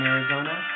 Arizona